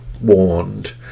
warned